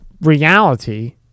reality